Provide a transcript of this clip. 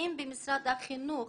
שנמצאים במשרד החינוך